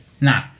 No